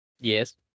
Yes